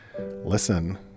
listen